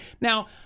Now